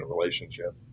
relationship